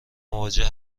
مواجه